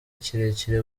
kirekire